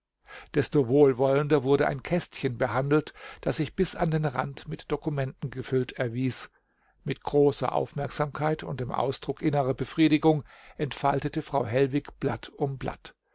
desto wohlwollender wurde ein kästchen behandelt das sich bis an den rand mit dokumenten gefüllt erwies mit großer aufmerksamkeit und dem ausdruck innerer befriedigung entfaltete frau hellwig blatt um blatt